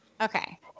Okay